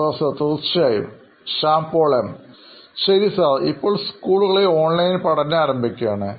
professor തീർച്ചയായും Shyam Paul M head marketing നോയിൻ electronics ശരി സാർ ഇപ്പോൾ സ്കൂളുകളിൽ ഓൺലൈൻ പഠനം ആരംഭിക്കുകയാണ്